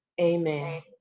Amen